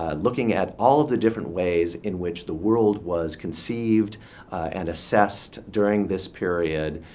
ah looking at all the different ways in which the world was conceived and assessed during this period.